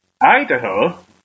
Idaho